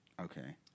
Okay